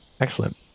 Excellent